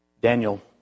Daniel